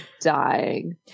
dying